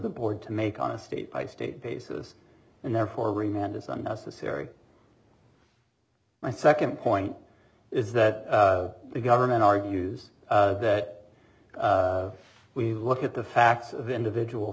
the board to make on a state by state basis and therefore remand is unnecessary my second point is that the government argues that we look at the facts of individual